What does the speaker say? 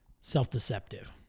self-deceptive